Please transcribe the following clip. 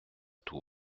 tout